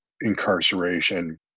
incarceration